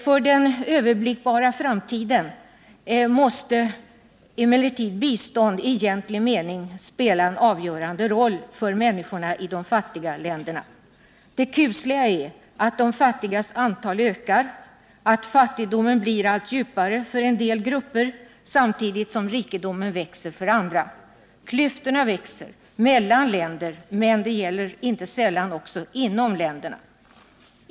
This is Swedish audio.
För den överblickbara framtiden kommer bistånd i egentlig mening att spela en avgörande roll för människorna i de fattiga länderna. Det kusliga är att de fattigas antal ökar, att fattigdomen blir allt djupare för en del grupper samtidigt som rikedomen växer för andra. Klyftorna växer mellan länderna, men inte sällan också inom länderna.